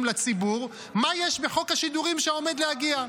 לציבור מה יש בחוק השידורים שעומד להגיע.